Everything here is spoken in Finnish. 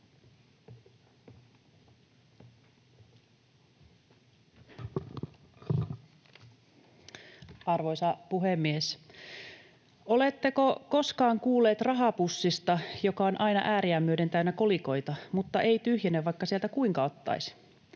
Arvoisa puhemies! Oletteko koskaan kuulleet rahapussista, joka on aina ääriään myöden täynnä kolikoita mutta ei tyhjene, vaikka sieltä kuinka ottaisi?